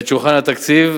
בעת שהוכן התקציב,